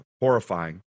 horrifying